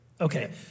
Okay